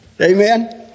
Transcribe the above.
Amen